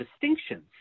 distinctions